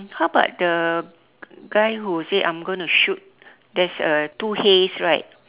how about the guy who say I'm gonna shoot there's a two hays right